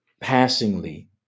passingly